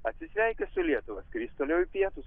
atsisveikins su lietuva skris toliau į pietus